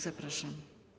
Zapraszam.